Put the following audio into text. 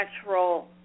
natural